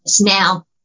Now